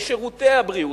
בשירותי הבריאות,